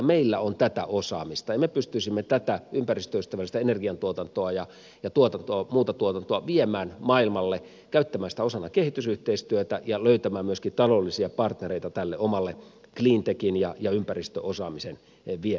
meillä on tätä osaamista ja me pystyisimme tätä ympäristöystävällistä energiantuotantoa ja muuta tuotantoa viemään maailmalle käyttämään sitä osana kehitysyhteistyötä ja löytämään myöskin taloudellisia partnereita tälle omalle cleantechin ja ympäristöosaamisen viennille